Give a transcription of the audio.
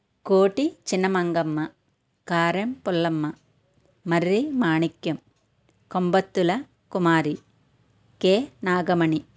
Koti Chinamangamma Karam Pullamma Marri Manikyam Kombattula Kumari K Nagamani